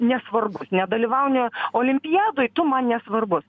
nesvarbu nedalyvauji olimpiadoj tu man nesvarbus